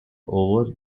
over